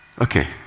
Okay